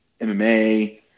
MMA